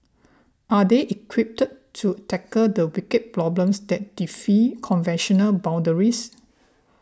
are they equipped to tackle the wicked problems that defy conventional boundaries